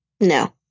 No